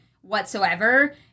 whatsoever